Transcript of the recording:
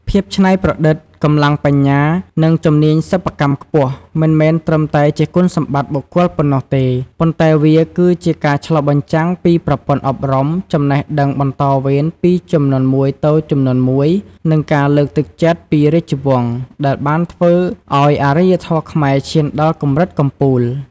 ភាពច្នៃប្រឌិត កម្លាំងបញ្ញា និងជំនាញសិប្បកម្មខ្ពស់ មិនមែនត្រឹមតែជាគុណសម្បត្តិបុគ្គលប៉ុណ្ណោះទេ ប៉ុន្តែវាគឺជាការឆ្លុះបញ្ចាំងពីប្រព័ន្ធអប់រំ ចំណេះដឹងបន្តវេនពីជំនាន់មួយទៅជំនាន់មួយ និងការលើកទឹកចិត្តពីរាជវង្សដែលបានធ្វើឱ្យអរិយធម៌ខ្មែរឈានដល់កម្រិតកំពូល។